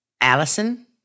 Allison